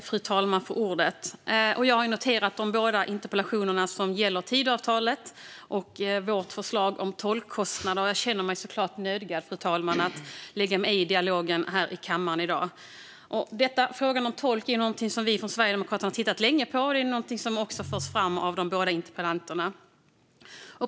Fru talman! Jag har noterat de båda interpellationerna som gäller Tidöavtalet och vårt förslag om tolkkostnader. Jag känner mig såklart nödgad, fru talman, att lägga mig i dialogen i kammaren i dag. Frågan om tolk har vi från Sverigedemokraterna tittat länge på, och frågan förs också fram av de båda interpellanterna.